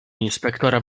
inspektora